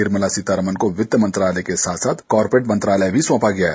निर्मला सीतारामन को वित्त मंत्रालय के साथ साथ कॉरपोरेट मंत्रालय भी सौंपा गया है